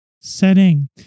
setting